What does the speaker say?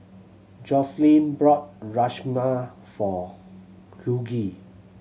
Joselin brought Rajma for Hughie